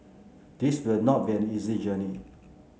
this will not be an easy journey